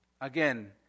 again